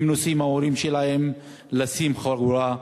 אם נוסעים עם ההורים שלהם, לשים חגורה.